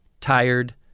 tired